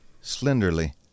Slenderly